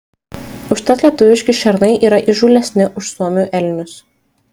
užtat lietuviški šernai yra įžūlesni už suomių elnius